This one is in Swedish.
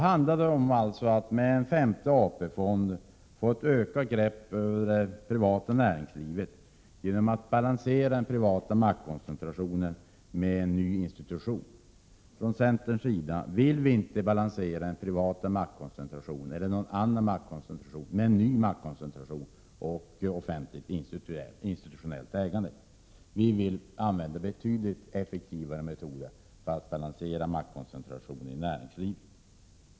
Man vill genom en femte AP-fond få ett starkare grepp över det privata näringslivet och balansera den privata maktkoncentrationen med en ny institution. Vi inom centern vill inte att den privata maktkoncentrationen eller någon annan maktkoncentration skall balanseras med en ny maktkoncentration i ett offentligt eller institutionellt ägande. Vi vill att betydligt effektivare metoder skall användas för att balansera maktkoncentrationen i näringslivet.